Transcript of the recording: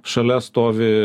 šalia stovi